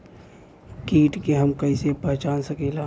कीट के हम कईसे पहचान सकीला